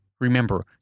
remember